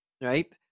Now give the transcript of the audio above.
Right